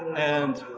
and